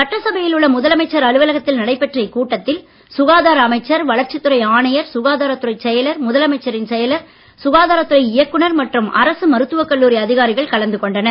சட்டசபையில் உள்ள முதலமைச்சர் அலுவலத்தில் நடைபெற்ற இக்கூட்டத்தில் சுகாதார அமைச்சர் வளர்ச்சித் துறை ஆணையர் சுகாதாரத் துறைச் செயலர் முதலமைச்சரின் செயலர் சுகாதாரத் துறை இயக்குனர் மற்றும் அரசு மருத்துவக் கல்லூரி அதிகாரிகள் கலந்து கொண்டனர்